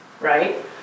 Right